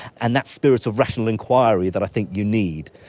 and that spirit of rational inquiry that i think you need.